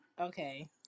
Okay